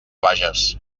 bages